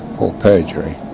for perjury.